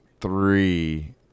three